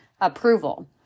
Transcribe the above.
approval